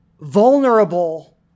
vulnerable